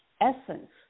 essence